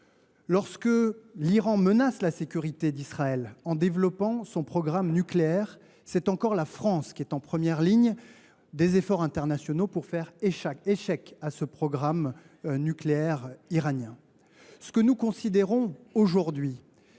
Lorsque l’Iran menace la sécurité d’Israël en développant son programme nucléaire, c’est encore la France qui est en première ligne des efforts internationaux pour faire échec à ce programme. Nous considérons aujourd’hui